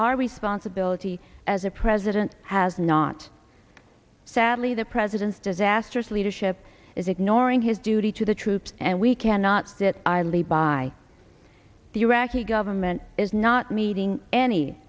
our responsibility as a president has not sadly the president's disastrous leadership is ignoring his duty to the troops and we cannot sit idly by the iraqi government is not meeting any